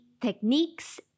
techniques